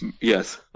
Yes